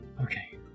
Okay